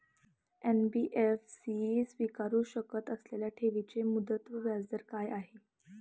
NBFC स्वीकारु शकत असलेल्या ठेवीची मुदत व व्याजदर काय आहे?